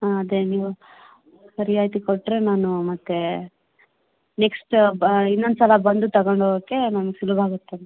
ಹಾಂ ಅದೇ ನೀವು ರಿಯಾಯಿತಿ ಕೊಟ್ಟರೆ ನಾನು ಮತ್ತೆ ನೆಕ್ಸ್ಟ್ ಬ ಇನ್ನೊಂದ್ಸಲ ಬಂದು ತಗೊಂಡು ಹೋಗೋಕ್ಕೆ ನನ್ಗೆ ಸುಲಭ ಆಗುತ್ತೆ ಅಂತ